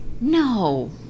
No